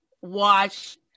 watch